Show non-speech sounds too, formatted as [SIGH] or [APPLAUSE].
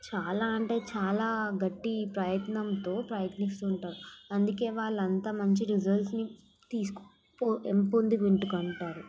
చాలా అంటే చాలా గట్టి ప్రయత్నంతో ప్రయత్నిస్తుంటారు అందుకే వాళ్ళు అంత మంచి రిజల్ట్స్ని తీసుకుపో [UNINTELLIGIBLE] అంటారు